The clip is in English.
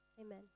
Amen